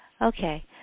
okay